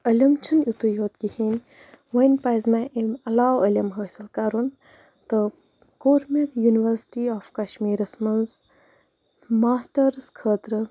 عٔلِم چھُنہِ یِتُے یوت کِہیٖنٛۍ وۅنۍ پَزِ مےٚ اَمہِ عَلاوٕ عٔلِم حٲصِل کَرُن تہٕ کوٚر مےٚ یونیوَرسِٹی آف کَشمیٖرَس منٛز ماسٹٲرٕس خٲطرٕ